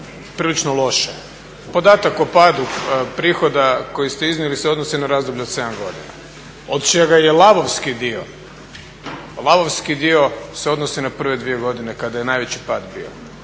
prilično loše. Podatak o padu prihoda koji ste iznijeli se odnosi na razdoblje od 7 godina od čega je lavovski dio, lavovski dio se odnosi na prve dvije godine kada je najveći pad bio.